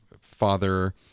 father